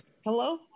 Hello